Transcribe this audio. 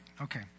okay